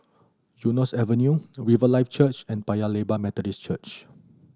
Eunos Avenue Riverlife Church and Paya Lebar Methodist Church